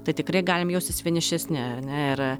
tai tikrai galim jaustis vienišesni ane ir